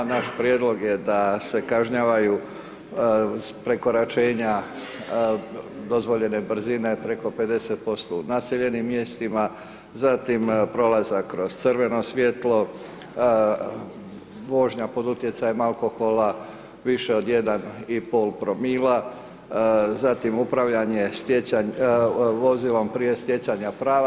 Naš prijedlog je da se kažnjavaju prekoračenja dozvoljene brzine preko 50% u naseljenim mjestima, zatim prolazak kroz crveno svjetlo, vožnja pod utjecajem alkohola više od 1,5 promila, zatim upravljanje vozilom prije stjecanja prava.